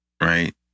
right